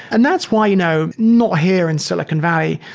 and that's why you know not here in silicon valley,